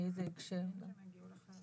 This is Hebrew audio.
בהקשר כלשהו.